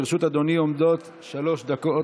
לרשות אדוני עומדות שלוש דקות,